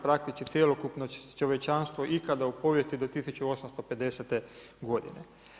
Praktično cjelokupno čovječanstvo ikada u povijesti do 1850. godine.